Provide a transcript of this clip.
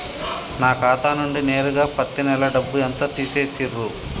నా ఖాతా నుండి నేరుగా పత్తి నెల డబ్బు ఎంత తీసేశిర్రు?